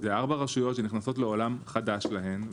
זה ארבע רשויות שנכנסות לעולם חדש להן,